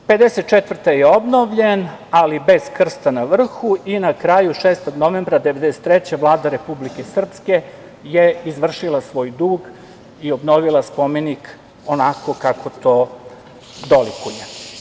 Godine 1954. je obnovljen, ali bez krsta na vrhu i na kraju 6. novembra 1993. godine Vlada Republike Srpske je izvršila svoj dug i obnovila spomenik onako kako to dolikuje.